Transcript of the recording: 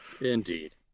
indeed